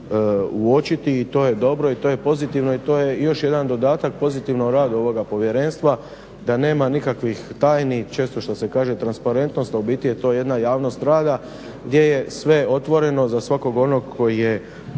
uočiti i to je dobro i to je pozitivno i to je još jedan dodatak pozitivnom radu ovoga Povjerenstva da nema nikakvih tajni. Često što se kaže transparentnost, a u biti je to jedna javnost rada gdje je sve otvoreno za svakog onog koji je i obavezan